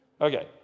Okay